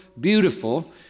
beautiful